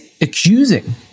accusing